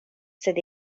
sed